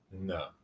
No